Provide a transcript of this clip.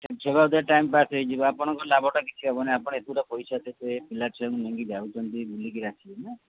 ସେ ବାବଦରେ ଟାଇମ୍ପାସ୍ ହେଇଯିବ ଆପଣଙ୍କର ଲାଭଟା କିଛି ହେବନି ଆପଣ ପଇସା ଦେବେ ପିଲା ଛୁଆଙ୍କୁ ନେଇକି ଯାଉଛନ୍ତି ବୁଲିକିରି ଆସିବେ ନା